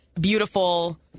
beautiful